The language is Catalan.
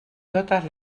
totes